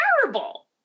terrible